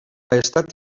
estat